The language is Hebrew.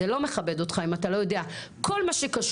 זה לא מכבד אותך אם אתה לא יודע כל מה שקשור